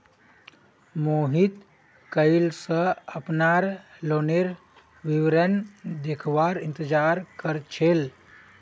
मोहित कइल स अपनार लोनेर विवरण देखवार इंतजार कर छिले